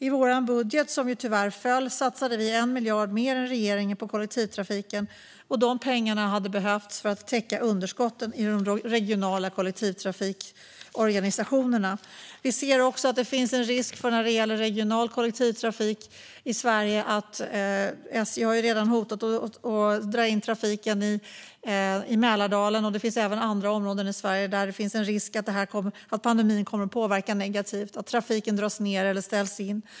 I vår budget, som tyvärr föll, satsade vi 1 miljard mer än regeringen på kollektivtrafiken, och dessa pengar hade behövts för att täcka underskotten i de regionala kollektivtrafikorganisationerna. Vi ser också att det finns en risk när det gäller regional kollektivtrafik i Sverige. SJ har redan hotat att dra in trafiken i Mälardalen, och det finns även andra områden i Sverige där det finns en risk att pandemin kommer att påverka negativt så att trafiken dras ned eller ställs in.